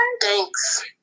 Thanks